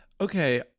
Okay